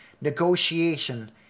Negotiation